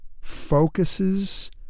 focuses